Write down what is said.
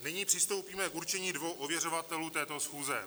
Nyní přistoupíme k určení dvou ověřovatelů této schůze.